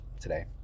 today